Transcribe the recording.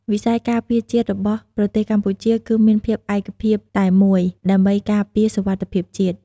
វិស័យការពារជាតិរបស់ប្រទេសកម្ពុជាគឺមានភាពឯកភាពតែមួយ ដើម្បីការពារសុវត្ថិភាពជាតិ។